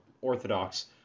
Orthodox